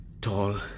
tall